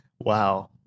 Wow